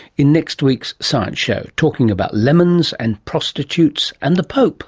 in next week's science show, talking about lemons and prostitutes and the pope